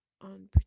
on